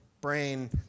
Brain